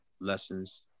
lessons